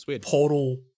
portal